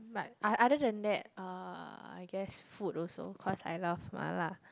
but a~ other than that uh I guess food also cause I love mala